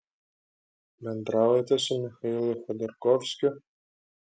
bendraujate su michailu chodorkovskiu